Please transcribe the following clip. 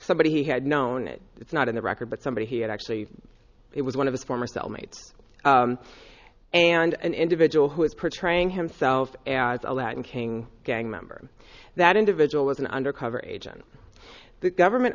somebody he had known it it's not in the record but somebody had actually it was one of his former self mates and an individual who is portraying himself as a latin king gang member that individual was an undercover agent the government